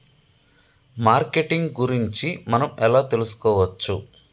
Marketing గురించి మనం ఎలా తెలుసుకోవచ్చు?